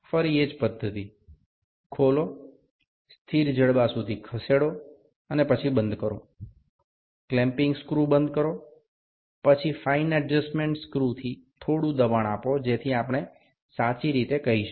ફરીથી એ જ પદ્ધતિ ખોલો સ્થિર જડબા સુધી ખસેડો અને પછી બંધ કરો ક્લેમ્પીંગ સ્ક્રુ બંધ કરો પછી ફાઈન એડજસ્ટમેન્ટ સ્ક્રુથી થોડું દબાણ આપો જેથી આપણે સાચી રીતે કરી શકીએ